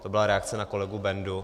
To byla reakce na kolegu Bendu.